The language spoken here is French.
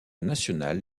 national